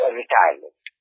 retirement